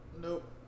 Nope